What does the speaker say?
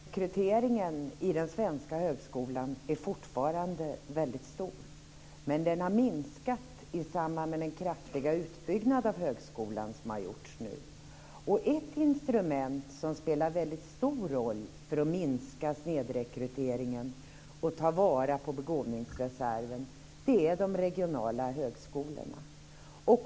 Herr talman! Den sociala snedrekryteringen i den svenska högskolan är fortfarande väldigt stor. Men den har minskat i samband med den kraftiga utbyggnad av högskolan som har gjorts nu. Ett instrument som spelar stor roll för att minska snedrekryteringen och ta vara på begåvningsreserven är de regionala högskolorna.